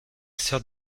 sœur